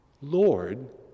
Lord